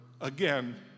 again